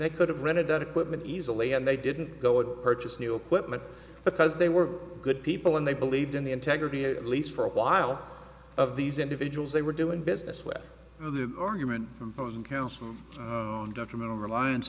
they could have rented that equipment easily and they didn't go in purchase new equipment because they were good people and they believed in the integrity at least for a while of these individuals they were doing business with the argument of the council on detrimental reliance